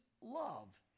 love